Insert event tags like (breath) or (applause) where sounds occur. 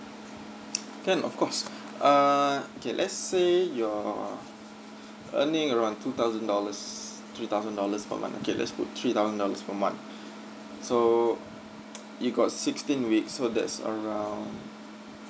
(noise) can of course uh okay let's say you're earning around two thousand dollars three thousand dollars per month okay let's put three thousand dollars per month (breath) so (noise) you got sixteen weeks so that's around